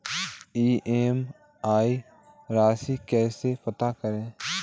EMI राशि कैसे पता करें?